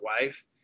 wife